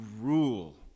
rule